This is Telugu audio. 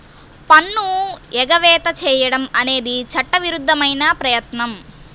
పన్ను ఎగవేత చేయడం అనేది చట్టవిరుద్ధమైన ప్రయత్నం